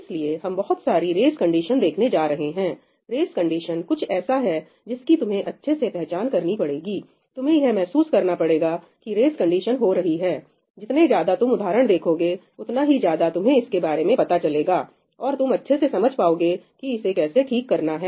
इसलिए हम बहुत सारी रेस कंडीशन देखने जा रहे हैं रेस कंडीशन कुछ ऐसा है जिसकी तुम्हें अच्छे से पहचान करनी पड़ेगी तुम्हें यह महसूस करना पड़ेगा की रेस कंडीशन हो रही है जितने ज्यादा तुम उदाहरण देखोगे उतना ही ज्यादा तुम्हें इसके बारे में पता चलेगा और तुम अच्छे से समझ पाओगे कि इसे कैसे ठीक करना है